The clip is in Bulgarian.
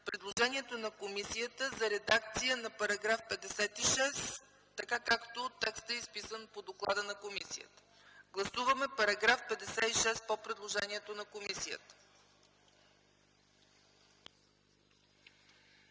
предложението на комисията за редакция на § 56, така както текстът е изписан по доклада на комисията. Гласуваме § 56 по предложението на комисията.